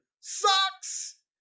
sucks